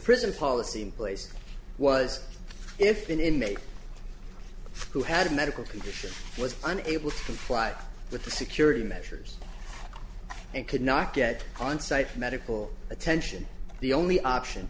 prison policy in place was if an inmate who had a medical condition was unable to comply with the security measures and could not get onsite medical attention the only option